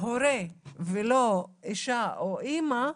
הורה ולא אישה או אמא,